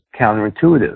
counterintuitive